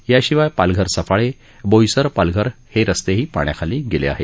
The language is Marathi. याशिवाय पालघर सफाळे बोईसर पालघर हे रस्तेही पाण्याखाली गेले आहेत